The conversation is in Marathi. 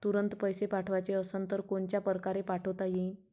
तुरंत पैसे पाठवाचे असन तर कोनच्या परकारे पाठोता येईन?